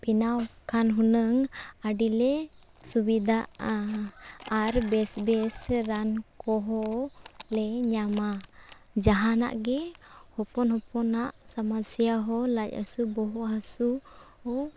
ᱵᱮᱱᱟᱣ ᱠᱷᱟᱱ ᱦᱩᱱᱟᱹᱝ ᱟᱹᱰᱤ ᱞᱮ ᱥᱩᱵᱤᱫᱷᱟᱜᱼᱟ ᱟᱨ ᱵᱮᱥᱼᱵᱮᱥ ᱨᱟᱱ ᱠᱚᱦᱚᱸ ᱞᱮ ᱧᱟᱢᱟ ᱡᱟᱦᱟᱱᱟᱜ ᱜᱮ ᱦᱚᱯᱚᱱ ᱦᱚᱯᱚᱱᱟᱜ ᱥᱚᱢᱚᱥᱥᱟ ᱦᱚᱸ ᱞᱟᱡ ᱦᱟᱹᱥᱩ ᱵᱚᱦᱚᱜ ᱦᱟᱹᱥᱩ ᱦᱚᱸ